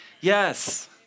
Yes